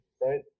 right